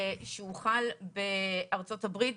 שהוא חל בארצות הברית,